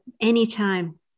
Anytime